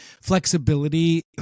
flexibility